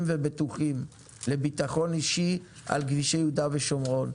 וביטוחים לביטחון אישי על כבישי יהודה ושומרון,